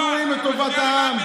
אנחנו רואים את טובת העם,